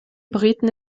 briten